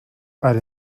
are